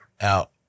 out